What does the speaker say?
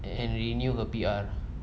and renew her P_R